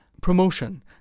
Promotion